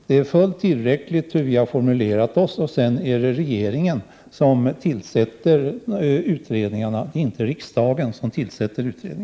Det är fullt tillräckligt så som vi har formulerat oss, och sedan är det regeringen som tillsätter utredningarna, inte riksdagen.